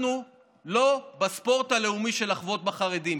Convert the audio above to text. אנחנו לא בספורט הלאומי של לחבוט בחרדים.